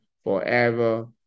forever